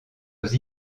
aux